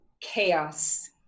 chaos